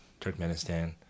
Turkmenistan